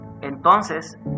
entonces